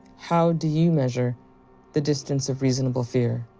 how do you measure the distance of reasonable fear?